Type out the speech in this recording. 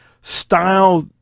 style